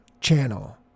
channel